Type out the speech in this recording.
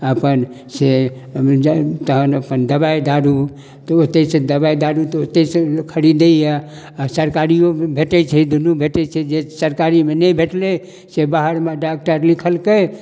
अपन से तहन अपन दबाइ दारू तऽ ओतैसँ दबाइ दारू तऽ ओतैसँ खरीदैय आओर सरकारियो भेटै छै दुनू भेटै छै जे सरकारीमे नहि भेटलै से बाहरमे डॉक्टर लिखलकै